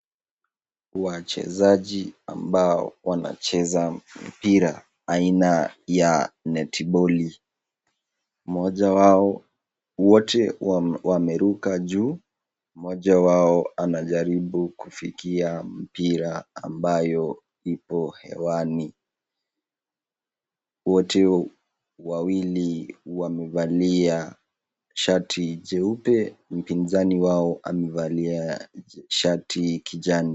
Wachezaji ambao wanacheza mpira aina ya netiboli. Mmoja wao, wote wameruka juu, mmoja wao anajaribu kufikia mpira ambayo iko hewani. Wote wawili wamevalia shati jeupe. Mpinzani wao amevali shati kijani.